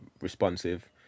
responsive